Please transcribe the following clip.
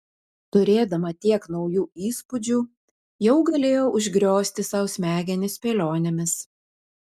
turėdama tiek naujų įspūdžių jau galėjo užgriozti sau smegenis spėlionėmis